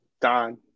Don